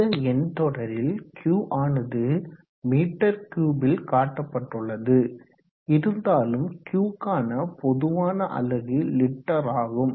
இந்த எண்தொடரில் Q ஆனது மீட்டர் கியூப்ல் காட்டப்பட்டுள்ளது இருந்தாலும் Q க்கான பொதுவான அலகு லிட்டர் ஆகும்